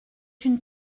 une